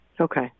Okay